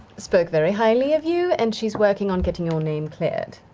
spoke very highly of you and she's working on getting your name cleared.